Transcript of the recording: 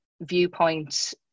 viewpoint